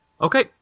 Okay